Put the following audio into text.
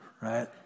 right